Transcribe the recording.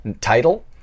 title